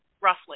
roughly